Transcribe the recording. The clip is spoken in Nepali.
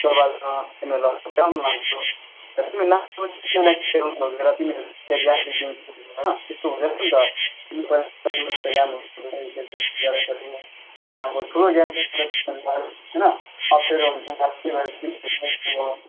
त्यसको बादमा तिमीहरूलाई ग्राउन्ड लान्छु